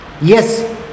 Yes